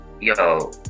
Yo